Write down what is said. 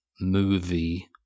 movie